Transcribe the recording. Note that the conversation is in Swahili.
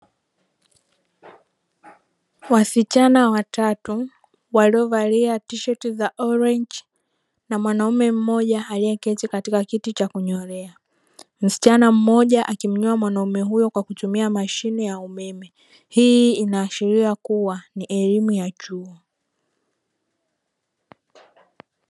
Wasichana watatu waliovalia tishoti za rangi ya Orenji na mwanamume mmoja hawakezi katika kiti cha kunyolea. Msichana mmoja akimnyoa mwanamume huyo kwa kutumia mashine ya umeme. Hii inaashiria kuwa ni elimu ya juu.